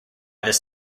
this